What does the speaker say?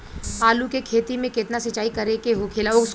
आलू के खेती में केतना सिंचाई करे के होखेला?